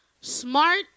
smart